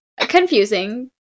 confusing